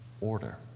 order